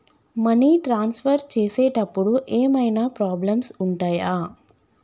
Money transfer చేసేటప్పుడు ఏమైనా problems ఉంటయా?